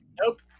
Nope